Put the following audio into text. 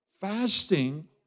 Fasting